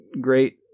great